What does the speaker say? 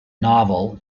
novel